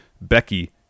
Becky